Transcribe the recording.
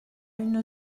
une